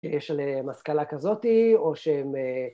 ‫של השכלה כזאתי, או שהם...